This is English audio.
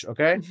Okay